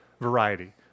variety